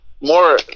more